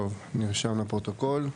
טוב, נרשם לפרוטוקול.